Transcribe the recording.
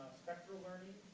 spectrum learning,